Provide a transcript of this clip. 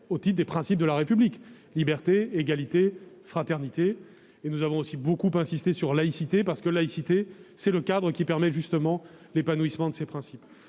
au titre des principes de la République- « Liberté, Égalité, Fraternité »-, et nous avons aussi beaucoup insisté sur la laïcité, car c'est le cadre qui permet l'épanouissement de ces principes.